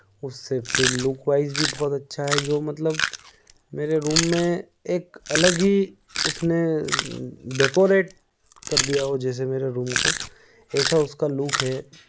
उससे फिर look wise भी बहुत अच्छा है जो मतलब मेरे रूम में एक अलग ही उसने डेकोरेट कर दिया हो जैसे मेरे रूम को ऐसा उसका लुक है